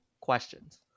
questions